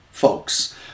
folks